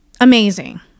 amazing